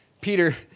Peter